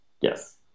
Yes